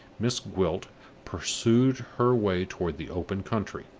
miss gwilt pursued her way toward the open country.